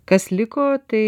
kas liko tai